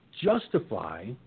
justify